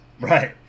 Right